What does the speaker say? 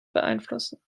beeinflussen